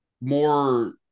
more